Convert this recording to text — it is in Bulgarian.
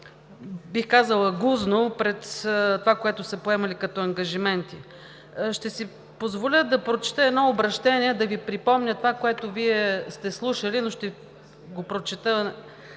бих казала, гузно пред това, което са поемали като ангажименти. Ще си позволя да прочета едно обръщение, да Ви припомня това, което Вие сте слушали, но ще Ви го прочета.